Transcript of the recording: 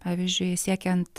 pavyzdžiui siekiant